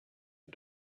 you